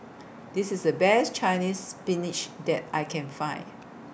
This IS The Best Chinese Spinach that I Can Find